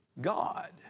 God